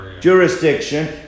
jurisdiction